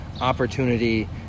opportunity